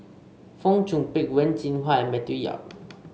Fong Chong Pik Wen Jinhua and Matthew Yap